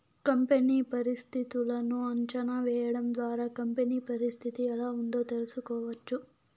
company పరిస్థితులను అంచనా వేయడం ద్వారా కంపెనీ పరిస్థితి ఎలా ఉందో తెలుసుకోవచ్చు